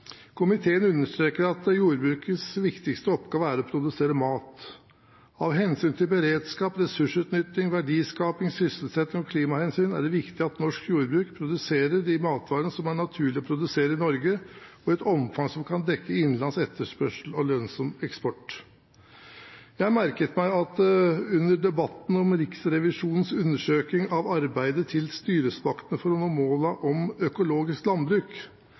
Komiteen understreker at jordbrukets viktigste oppgave er å produsere mat. Av hensyn til beredskap, ressursutnytting, verdiskaping, sysselsetting og av klimahensyn er det viktig at norsk jordbruk produserer de matvarene som det er naturlig å produsere i Norge, og i et omfang som kan dekke innenlandsk etterspørsel og lønnsom eksport. Jeg merket meg at under debatten om Riksrevisjonens undersøking av arbeidet til styresmaktene for å nå målene om økologisk landbruk